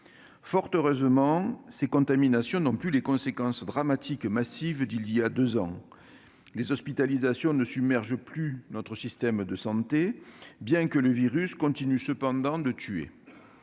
Fort heureusement, ces contaminations n'ont plus les conséquences dramatiques massives d'il y a deux ans. Les hospitalisations ne submergent plus notre système de santé, bien que le virus continue de tuer.